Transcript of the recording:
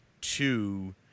Two